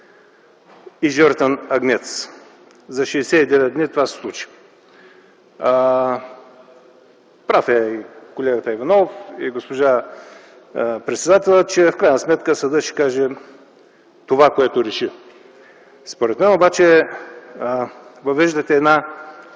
и жертвен агнец. За 69 дни това се случи. Прав е колегата Иванов и госпожа председателката, че в крайна сметка съдът ще каже това, което реши. Според мен обаче се въвежда една